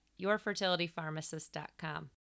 yourfertilitypharmacist.com